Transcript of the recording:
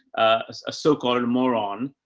ah, ah, so-called and moron.